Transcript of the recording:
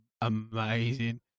amazing